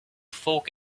folk